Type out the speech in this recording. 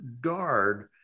guard